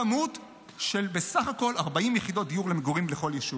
כמות של 40 יחידות דיור למגורים בסך הכול לכל יישוב.